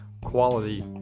quality